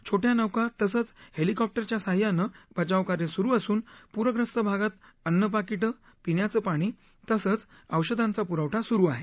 छोट्या नौका तसंच हेलिकॉप्टरच्या सहाय्यानं बचावकार्य सुरु असून पूर्यस्त भागात अन्न पाकिटं पिण्याचं पाणी तसंच औषधांचा पुरवठा सुरु आहे